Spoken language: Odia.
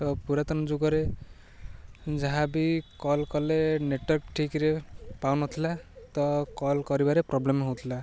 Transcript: ତ ପୁରାତନ ଯୁଗରେ ଯାହା ବି କଲ୍ କଲେ ନେଟୱାର୍କ ଠିକ୍ରେ ପାଉନଥିଲା ତ କଲ୍ କରିବାରେ ପ୍ରୋବ୍ଲେମ୍ ହେଉଥିଲା